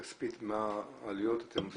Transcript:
כפי שאתם רואים,